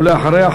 ולאחריה,